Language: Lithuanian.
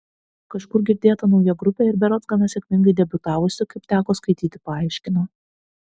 kažkur girdėta nauja grupė ir berods gana sėkmingai debiutavusi kaip teko skaityti paaiškino